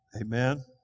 Amen